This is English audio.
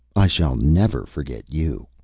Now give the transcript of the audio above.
i shall never forget you,